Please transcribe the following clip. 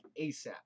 ASAP